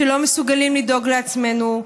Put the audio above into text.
שלא מסוגלים לדאוג לעצמנו.